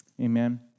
Amen